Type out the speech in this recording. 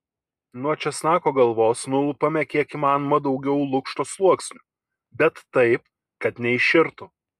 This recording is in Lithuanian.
nuo česnako galvos nulupame kiek įmanoma daugiau lukšto sluoksnių bet taip kad neiširtų